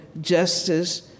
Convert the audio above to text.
justice